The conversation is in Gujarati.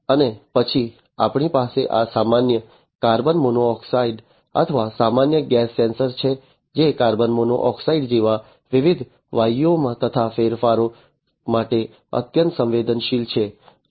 અને પછી આપણી પાસે આ સામાન્ય કાર્બન મોનોક્સાઇડ અથવા સામાન્ય ગેસ સેન્સર છે જે કાર્બન મોનોક્સાઇડ જેવા વિવિધ વાયુઓમાં થતા ફેરફારો માટે અત્યંત સંવેદનશીલ છે